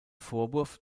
vorwurf